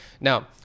Now